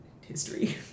history